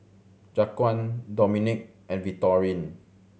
Jaquan Dominque and Victorine